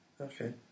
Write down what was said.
Okay